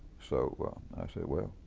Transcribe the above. so i said, well,